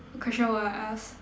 what question I want to ask